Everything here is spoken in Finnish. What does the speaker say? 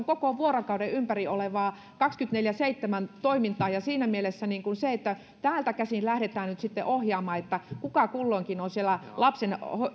koko vuorokauden ympäri olevaa kaksikymmentäneljä kautta seitsemän toimintaa ja siinä mielessä se että täältä käsin lähdetään nyt sitten ohjaamaan kuka kulloinkin on siellä